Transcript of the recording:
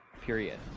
period